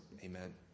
Amen